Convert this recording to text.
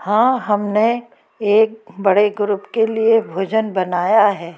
हाँ हमने एक बड़े ग्रुप के लिए भोजन बनाया है